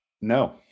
no